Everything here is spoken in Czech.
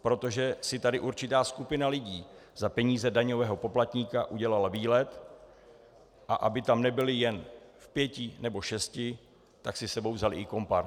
Protože si tady určitá skupina lidí za peníze daňových poplatníků udělala výlet, a aby tam nebyli jen v pěti nebo v šesti, tak si s sebou vzali i komparz.